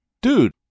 dude